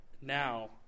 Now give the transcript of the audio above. now